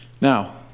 Now